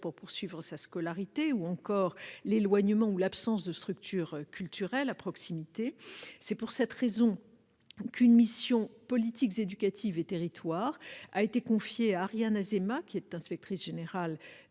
pour poursuivre sa scolarité ou encore l'éloignement ou l'absence de structures culturelles à proximité. C'est pour cette raison qu'une mission « Politiques éducatives et territoires » a été confiée à Ariane Azéma, inspectrice générale